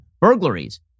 Burglaries